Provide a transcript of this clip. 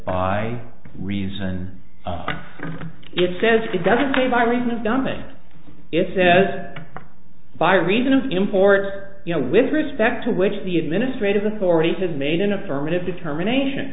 by reason it says it doesn't say by reason of dumbing it says by reason of import you know with respect to which the administrative authority has made an affirmative determination